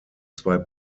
zwei